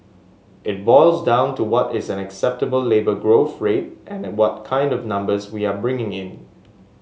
it boils down to what is an acceptable labour growth rate and what kind of numbers we are bringing in